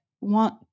want